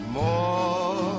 more